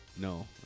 No